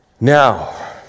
Now